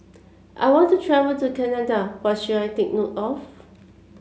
I want to travel to Canada what should I take note of